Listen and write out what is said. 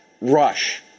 Rush